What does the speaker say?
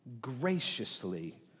graciously